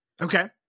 Okay